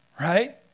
right